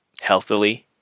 healthily